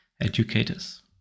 educators